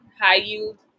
high-yield